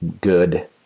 good